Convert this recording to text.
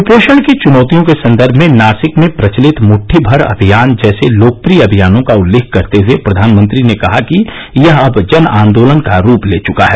कुपोषण की चुनौतियों के संदर्भ में नासिक में प्रचलित मुद्दी भर अभियान जैसे लोकप्रिय अभियानों का उल्लेख करते हुए प्रधानमंत्री ने कहा कि यह अब जन आंदोलन का रूप ले चुका है